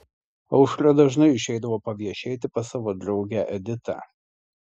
aušra dažnai išeidavo paviešėti pas savo draugę editą